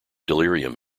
delirium